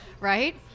Right